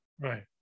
Right